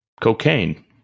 cocaine